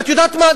את יודעת מה,